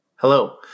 Hello